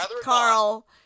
Carl